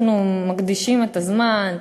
אנחנו מקדישים את הזמן,